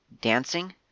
dancing